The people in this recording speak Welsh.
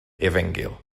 efengyl